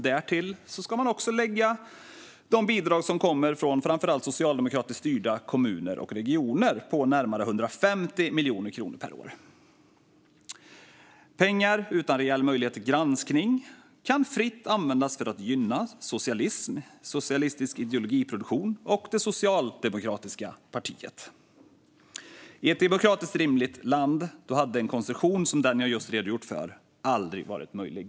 Därtill ska man också lägga de bidrag som kommer från framför allt socialdemokratiskt styrda kommuner och regioner på närmare 150 miljoner kronor per år. Pengar utan reell möjlighet till granskning kan fritt användas för att gynna socialism, socialistisk ideologiproduktion och det socialdemokratiska partiet. I ett demokratiskt rimligt land hade en konstruktion som den jag just redogjort för aldrig varit möjlig.